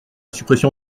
suppression